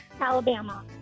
Alabama